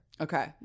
Okay